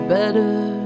better